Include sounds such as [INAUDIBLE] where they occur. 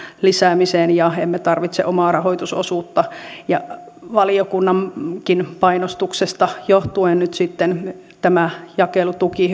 lisäämiseen emmekä tarvitse omaa rahoitusosuutta ja valiokunnankin painostuksesta johtuen nyt sitten tämä jakelutuki [UNINTELLIGIBLE]